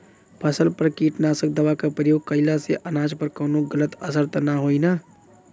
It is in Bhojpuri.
फसल पर कीटनाशक दवा क प्रयोग कइला से अनाज पर कवनो गलत असर त ना होई न?